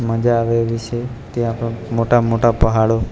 મજા આવી એવી છે ત્યાં પણ મોટા મોટા પહાડો